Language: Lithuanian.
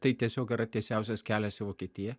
tai tiesiog yra tiesiausias kelias į vokietiją